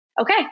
okay